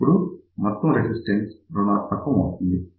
అప్పుడు మొత్తం రెసిస్టెన్స్ రుణాత్మకం అవుతుంది